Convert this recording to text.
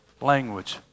language